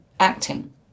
Acting